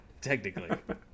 technically